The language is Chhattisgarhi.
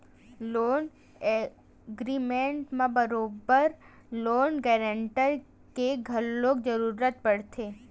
लोन एग्रीमेंट म बरोबर लोन गांरटर के घलो जरुरत पड़थे